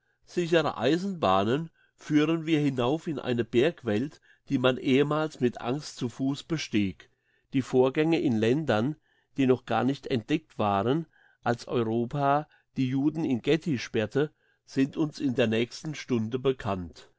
sichere eisenbahnen führen wir hinauf in eine bergwelt die man ehemals mit angst zu fuss bestieg die vorgänge in ländern die noch gar nicht entdeckt waren als europa die juden in ghetti sperrte sind uns in der nächsten stunde bekannt